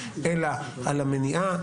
אלא על המניעה,